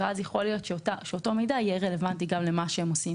ויכול להיות שאותו מידע יהיה רלוונטי גם למה שהם עושים,